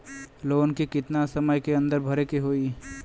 Loan के कितना समय के अंदर भरे के होई?